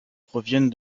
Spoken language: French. proviennent